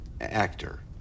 actor